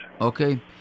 okay